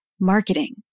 marketing